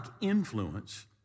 influence